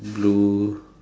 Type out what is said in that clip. blue